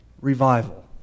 revival